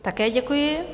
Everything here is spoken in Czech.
Také děkuji.